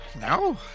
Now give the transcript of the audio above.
No